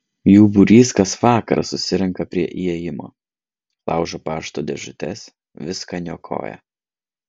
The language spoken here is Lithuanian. jų būrys kas vakarą susirenka prie įėjimo laužo pašto dėžutes viską niokoja